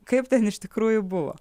kaip ten iš tikrųjų buvo